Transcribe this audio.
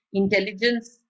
intelligence